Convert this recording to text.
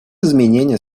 изменения